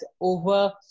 over